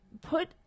put